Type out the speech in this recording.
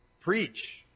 Preach